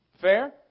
Fair